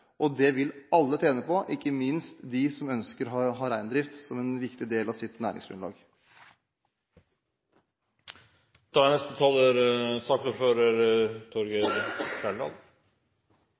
tidligere. Det vil alle tjene på, ikke minst de som ønsker å ha reindrift som en viktig del av sitt næringsgrunnlag. Jeg fikk faktisk svar på det jeg spurte om, for det statsråden sier, er